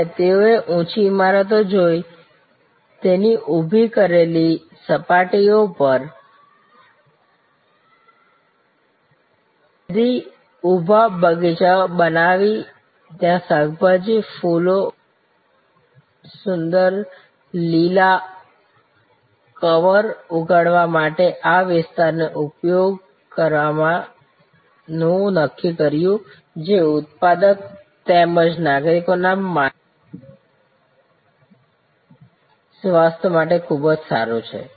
અને તેઓએ ઊંચી ઇમારતો જોઈ તેની ઊભી સપાટીનો ઉપયોગ કરીને શહેરીઊભા બગીચા બનવી ત્યાં શાકભાજી ફૂલો અને સુંદર લીલા કવર ઉગાડવા માટે આ વિસ્તારને ઉપયોગ કરવા નું નક્કી કર્યું જે ઉત્પાદક તેમજ નાગરિકોના માનસિક સ્વાસ્થ્ય માટે ખૂબ જ સારું છે